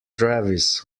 travis